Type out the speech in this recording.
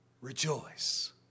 rejoice